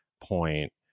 point